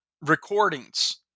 recordings